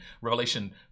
Revelation